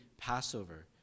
Passover